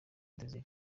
desire